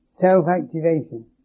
self-activation